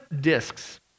discs